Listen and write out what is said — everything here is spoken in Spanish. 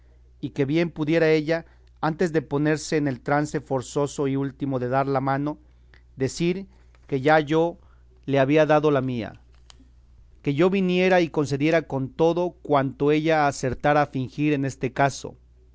y que bien pudiera ella antes de ponerse en el trance forzoso y último de dar la mano decir que ya yo le había dado la mía que yo viniera y concediera con todo cuanto ella acertara a fingir en este caso